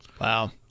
Wow